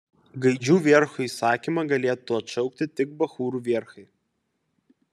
gaidžių vierchų įsakymą galėtų atšaukti tik bachūrų vierchai